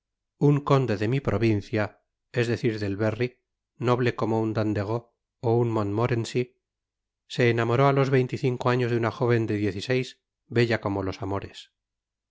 un conde de mi provincia es decir del berry noble como un danderot ó un montmorency se enamoró á los veinte y cinco anos de una jóven de diez y seis bella como los amores